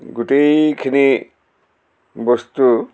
গোটেইখিনি বস্তু